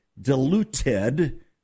diluted